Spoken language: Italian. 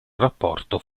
rapporto